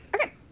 Okay